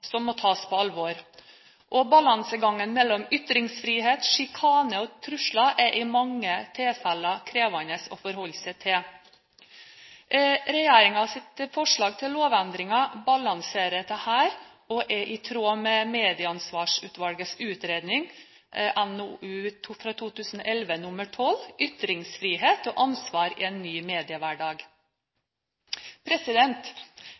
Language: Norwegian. som må tas på alvor. Balansegangen mellom ytringsfrihet, sjikane og trusler er i mange tilfeller krevende å forholde seg til. Regjeringens forslag til lovendringer balanserer dette og er i tråd med Medieansvarsutvalgets utredning NOU 2011:12 Ytringsfrihet og ansvar i en ny